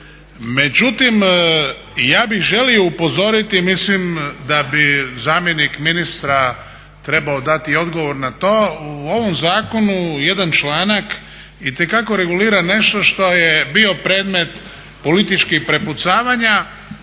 međutim ja bih želio upozoriti mislim da bi zamjenik ministra trebao dati odgovor na to, u ovom zakonu jedan članak itekako regulira nešto što je bio predmet političkih prepucavanja